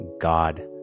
God